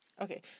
Okay